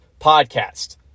podcast